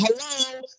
hello